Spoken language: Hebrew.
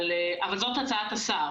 אבל זו הצעת השר